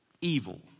evil